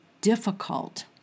difficult